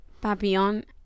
Papillon